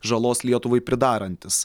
žalos lietuvai pridarantis